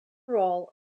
role